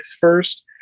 first